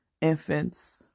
infants